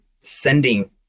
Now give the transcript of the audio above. sending